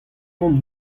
emaomp